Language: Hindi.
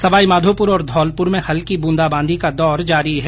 सवाईमाधोपुर और धौलपुर में हल्की ब्रंदाबांदी का दौर जारी है